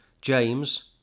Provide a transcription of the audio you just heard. James